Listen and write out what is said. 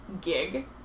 gig